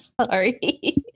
Sorry